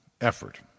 effort